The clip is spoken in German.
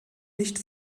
nicht